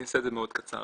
אני אעשה את זה מאוד קצר.